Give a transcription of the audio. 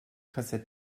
kassette